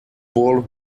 ball